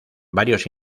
varios